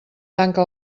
tanca